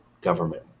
government